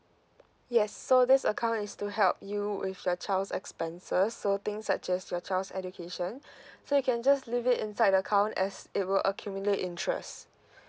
yes so this account is to help you with your child's expenses so things such as your child's education so you can just leave it inside the account as it will accumulate interest